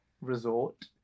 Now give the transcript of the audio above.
resort